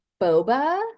boba